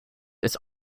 its